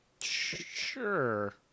Sure